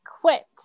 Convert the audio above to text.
quit